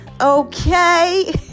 Okay